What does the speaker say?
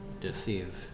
deceive